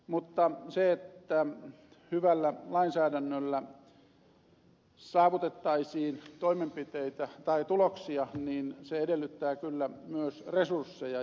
mutta se että hyvällä lainsäädännöllä saavutettaisiin toimenpiteitä tai tuloksia niin se edellyttää kyllä myös resursseja